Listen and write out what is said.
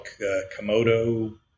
Komodo